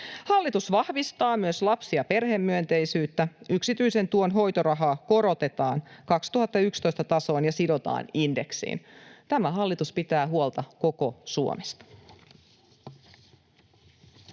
Hallitus vahvistaa myös lapsi‑ ja perhemyönteisyyttä. Yksityisen tuen hoitorahaa korotetaan vuoden 2011 tasoon ja se sidotaan indeksiin. Tämä hallitus pitää huolta koko Suomesta.